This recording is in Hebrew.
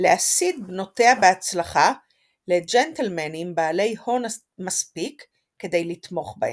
להשיא את בנותיה בהצלחה לג'נטלמנים בעלי הון מספיק כדי לתמוך בהן.